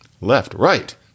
left-right